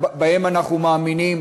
ובהם אנחנו מאמינים,